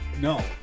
No